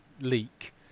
leak